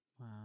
Wow